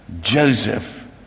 Joseph